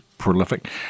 prolific